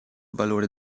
valore